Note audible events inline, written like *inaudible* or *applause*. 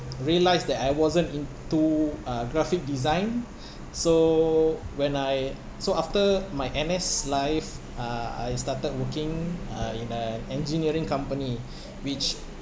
realised that I wasn't into uh graphic design *breath* so when I so after my N_S life uh I started working uh in an engineering *breath* company which